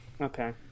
Okay